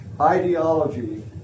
Ideology